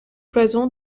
cloison